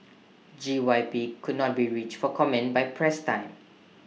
G Y P could not be reached for comment by press time